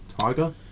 Tiger